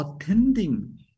attending